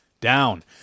down